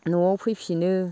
न'आव फैफिनो